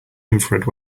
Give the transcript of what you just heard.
infrared